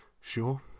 sure